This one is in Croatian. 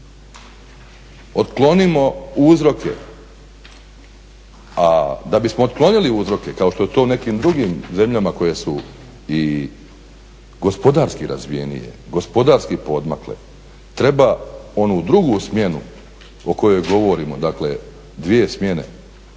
Otklonimo uzroke, a da bismo otklonili uzroke kao što je to u nekim drugim zemljama koje su i gospodarski razvijenije, gospodarski poodmakle treba onu drugu smjenu o kojoj govorimo, dakle dvije smjene